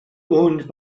owned